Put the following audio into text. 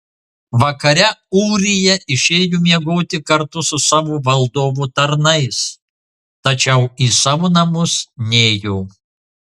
vakare ūrija išėjo miegoti kartu su savo valdovo tarnais tačiau į savo namus nėjo